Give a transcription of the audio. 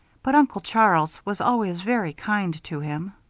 but uncle charles was always very kind to him.